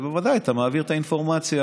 בוודאי, אתה מעביר את האינפורמציה